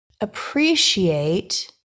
appreciate